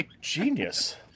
Genius